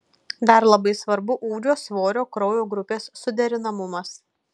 dar labai svarbu ūgio svorio kraujo grupės suderinamumas